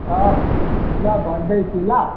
ल भन्दैछु ल